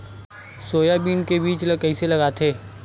Soybean के बीज ल कइसे लगाथे?